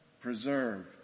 preserve